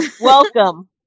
welcome